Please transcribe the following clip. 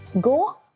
go